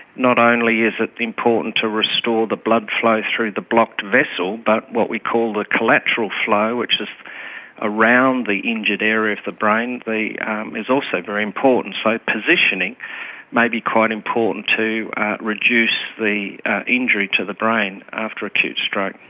not only is it important to restore the blood flow through the blocked vessel but what we call the collateral flow, which is around the injured area of the brain um is also very important. so positioning may be quite important to reduce the ah injury to the brain after acute stroke.